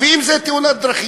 או אם זה תאונת דרכים,